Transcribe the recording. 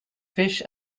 fish